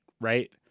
right